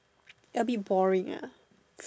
ya a bit boring uh